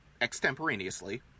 extemporaneously